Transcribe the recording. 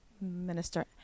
Minister